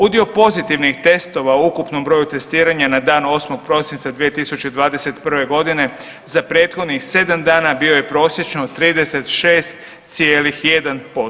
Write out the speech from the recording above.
Udio pozitivnih testova u ukupnom broju testiranja na dan 8. prosinca 2021. godine za prethodnih 7 dana bio je prosječno 36,1%